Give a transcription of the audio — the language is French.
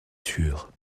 sûr